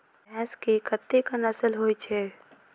भैंस केँ कतेक नस्ल होइ छै?